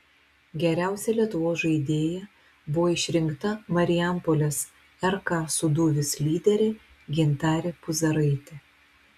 geriausia lietuvos žaidėja buvo išrinkta marijampolės rk sūduvis lyderė gintarė puzaraitė